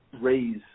raise